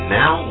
now